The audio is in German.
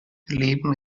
leben